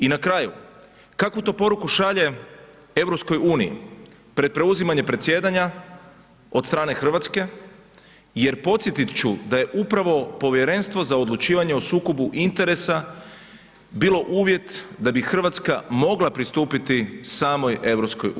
I na kraju, kakvu to poruku šalje EU pred preuzimanje predsjedanja od strane Hrvatske jer podsjetit ću da je upravo Povjerenstvo za odlučivanje o sukobu interesa bilo uvjet da bi Hrvatska mogla pristupiti samoj EU.